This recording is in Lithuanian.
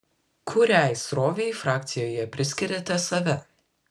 kuriai srovei frakcijoje priskiriate save